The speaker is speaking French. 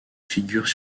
figurent